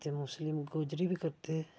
जां मुस्लिम गोजरी बी करदे